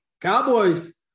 Cowboys